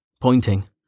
pointing